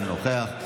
אינו נוכח,